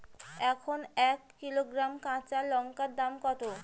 এখন এক কিলোগ্রাম কাঁচা লঙ্কার দাম কত?